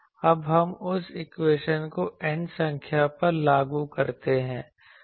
अब हम उस इक्वेशन को n संख्याओं पर लागू करते हैं